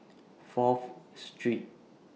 Fourth Street